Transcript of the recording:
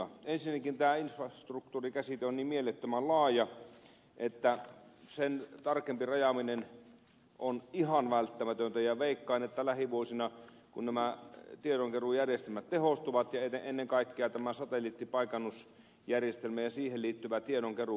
ensinnäkin tämä infrastruktuuri käsite on niin mielettömän laaja että sen tarkempi rajaaminen on ihan välttämätöntä ja veikkaan että lähivuosina kun nämä tiedonkeruujärjestelmät tehostuvat ja ennen kaikkea tämä satelliittipaikannusjärjestelmä ja siihen liittyvä tiedonkeruu